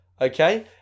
okay